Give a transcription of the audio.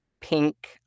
Pink